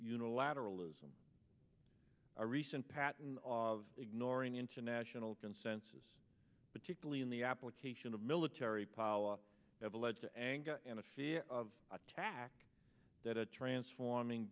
unilateral is a recent patent ignoring international consensus particularly in the application of military power have led to anger and a fear of attack that a transforming